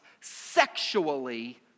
sexually